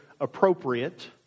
appropriate